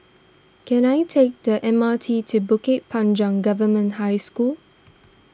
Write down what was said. can I take the M R T to Bukit Panjang Government High School